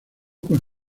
con